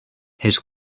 his